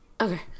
Okay